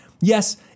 Yes